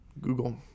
Google